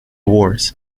wars